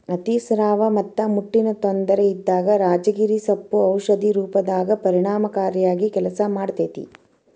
ಅತಿಸ್ರಾವ ಮತ್ತ ಮುಟ್ಟಿನ ತೊಂದರೆ ಇದ್ದಾಗ ರಾಜಗಿರಿ ಸೊಪ್ಪು ಔಷಧಿ ರೂಪದಾಗ ಪರಿಣಾಮಕಾರಿಯಾಗಿ ಕೆಲಸ ಮಾಡ್ತೇತಿ